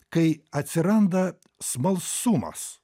kai atsiranda smalsumas